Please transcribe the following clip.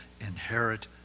inherit